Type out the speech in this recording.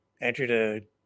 entered